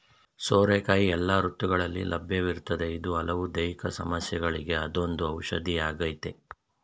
ಸೋರೆಕಾಯಿ ಎಲ್ಲ ಋತುಗಳಲ್ಲಿ ಲಭ್ಯವಿರ್ತದೆ ಇದು ಹಲವು ದೈಹಿಕ ಸಮಸ್ಯೆಗಳಿಗೆ ಅದೊಂದು ಔಷಧಿಯಾಗಯ್ತೆ